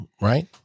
right